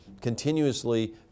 continuously